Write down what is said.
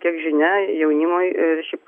kiek žinia jaunimui ir šiaip